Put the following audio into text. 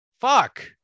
fuck